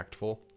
impactful